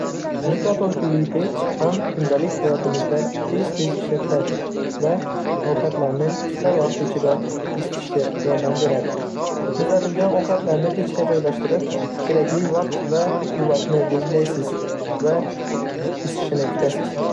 Mikroto‘lqinli pech ham kundalik hayotimizda tez-tez ishlatiladi va ovqatlarni qisqa vaqt ichida isitishga yordam beradi. Muzlatilgan ovqatni pechga joylashtirib, kerakli vaqt va quvvatni belgilaysiz va isishini kutasiz!